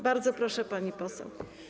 Bardzo proszę, pani poseł.